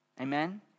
Amen